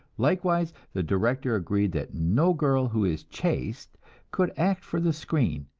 likewise, the director agreed that no girl who is chaste could act for the screen,